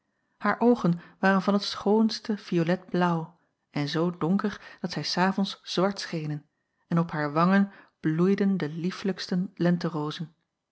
haar oogen waren van t schoonste violetblaauw en zoo donker dat zij s avonds zwart schenen en op haar wangen bloeiden de